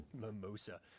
mimosa